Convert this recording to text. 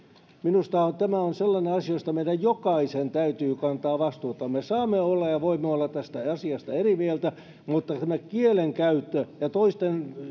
minusta tämä on sellainen asia josta meidän jokaisen täytyy kantaa vastuuta me saamme olla ja ja voimme olla tästä asiasta eri mieltä mutta tämä kielenkäyttö ja toisten